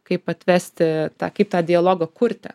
kaip atvesti tą kaip tą dialogą kurti